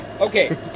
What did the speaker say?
Okay